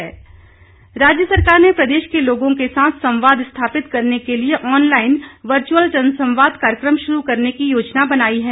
virtual जनसंवाद राज्य सरकार ने प्रदेश के लोगों के साथ संवाद स्थापित करने के लिए ऑनलाइन वर्चुअल जनसंवाद कार्यक्रम शुरू करने की योजना बनाई है